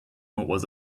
was